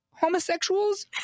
homosexuals